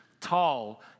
Tall